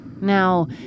now